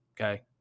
okay